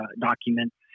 documents